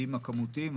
המדדים הכמותיים,